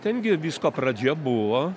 ten gi visko pradžia buvo